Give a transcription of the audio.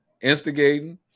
instigating